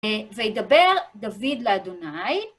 וידבר דוד לאדוני.